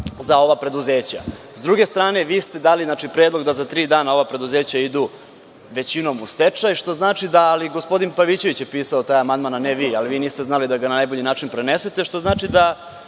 za ova preduzeća.S druge strane, vi ste dali predlog da za tri dana ova preduzeća idu većinom u stečaj, ali gospodin Pavićević je pisao taj amandman, ne vi, ali vi niste znali da ga na najbolji način prenesete, što znači da